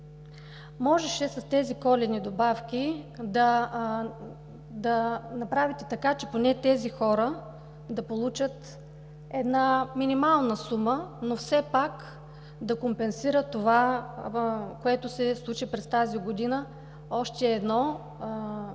Можеше с тези коледни добавки да направите така, че поне тези хора да получат една минимална сума, но все пак да компенсира това, което се случи през тази година – още едно